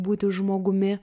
būti žmogumi